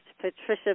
Patricia